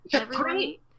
Great